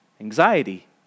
Anxiety